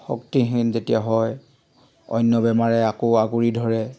শক্তিহীন যেতিয়া হয় অন্য বেমাৰে আকৌ আগুৰি ধৰে